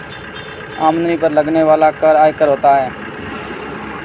आमदनी पर लगने वाला कर आयकर होता है